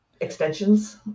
extensions